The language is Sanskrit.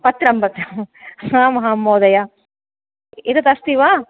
पत्रम् पत्रम् आम् आम् महोदय एतद् अस्ति वा